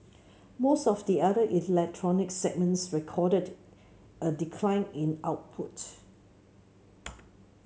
most of the other electronic segments recorded a decline in output